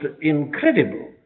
incredible